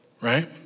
right